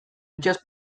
itsas